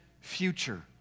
future